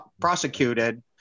prosecuted